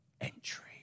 entry